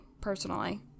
Personally